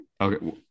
okay